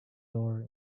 floor